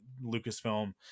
Lucasfilm